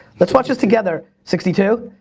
let's watch this together, sixty two.